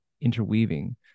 interweaving